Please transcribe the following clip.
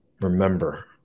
Remember